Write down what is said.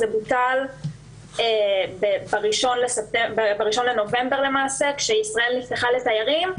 זה בוטל ב-1 בנובמבר עת ישראל נפתחה לתיירים.